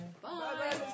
Bye